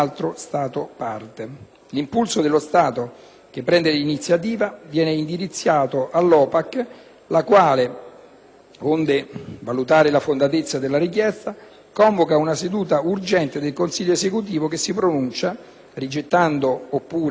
onde valutare la fondatezza della richiesta, convoca una seduta urgente del consiglio esecutivo, che si pronuncia rigettando oppure accogliendo la richiesta di ispezione. In caso affermativo, l'OPAC invia gli ispettori nello Stato interessato.